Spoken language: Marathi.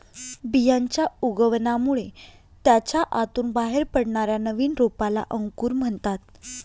बियांच्या उगवणामुळे त्याच्या आतून बाहेर पडणाऱ्या नवीन रोपाला अंकुर म्हणतात